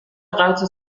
قطع